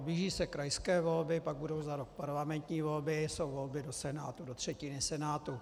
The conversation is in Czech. Blíží se krajské volby, pak budou za rok parlamentní volby, jsou volby do třetiny Senátu.